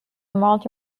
multi